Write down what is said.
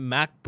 Mac